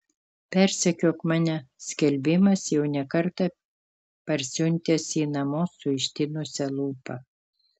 persekiok mane skelbimas jau ne kartą parsiuntęs jį namo su ištinusia lūpa